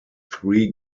three